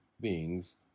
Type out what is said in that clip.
beings